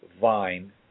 vine